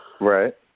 right